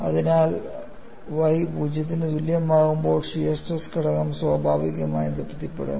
അതിനാൽ y 0 ന് തുല്യമാകുമ്പോൾ ഷിയർ സ്ട്രെസ് ഘടകം സ്വാഭാവികമായി തൃപ്തിപ്പെടും